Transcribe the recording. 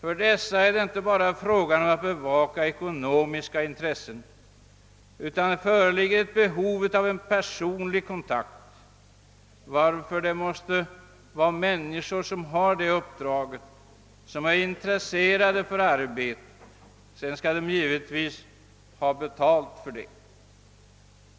Det skall inte bara åligga förmyndaren att bevaka de omyndigförklarades ekonomiska intressen, utan han bör också tillgodose deras behov av personlig kontakt. De människor som åtar sig dessa uppdrag måste således vara intresserade av arbetet. Sedan skall de givetvis ha betalt för det.